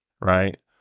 right